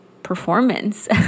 performance